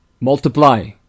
multiply